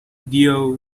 deal